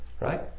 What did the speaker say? right